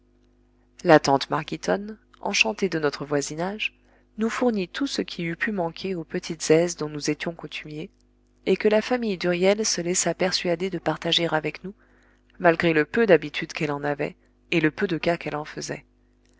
la tante marghitonne enchantée de notre voisinage nous fournit tout ce qui eût pu manquer aux petites aises dont nous étions coutumiers et que la famille d'huriel se laissa persuader de partager avec nous malgré le peu d'habitude qu'elle en avait et le peu de cas qu'elle en faisait